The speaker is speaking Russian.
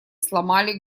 сломали